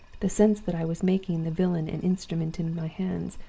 the sense that i was making the villain an instrument in my hands,